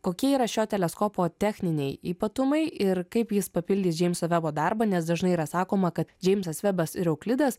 kokie yra šio teleskopo techniniai ypatumai ir kaip jis papildys džeimso vebo darbą nes dažnai yra sakoma kad džeimsas vebas ir euklidas